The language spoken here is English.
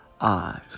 eyes